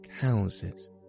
houses